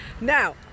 Now